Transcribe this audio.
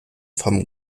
vom